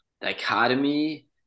dichotomy